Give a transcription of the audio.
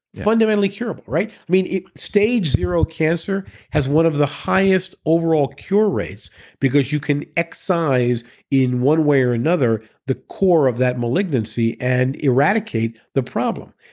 fundamentally curable. i mean stage zero cancer has one of the highest overall cure rates because you can excise in one way or another the core of that malignancy and eradicate the problem,